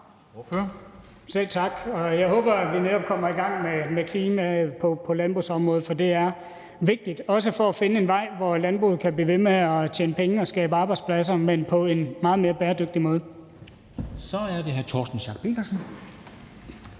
Selv tak. Jeg håber, at vi netop kommer i gang med klimaet på landbrugsområdet, for det er vigtigt også for at finde en vej, hvor landbruget kan blive ved med at tjene penge og skabe arbejdspladser, men på en meget mere bæredygtig måde. Kl. 13:11 Formanden